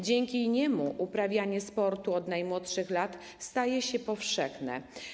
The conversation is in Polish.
Dzięki niemu uprawianie sportu od najmłodszych lat staje się powszechne.